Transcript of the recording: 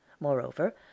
Moreover